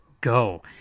Go